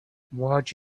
watch